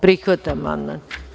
Prihvata amandman.